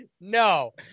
no